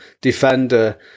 defender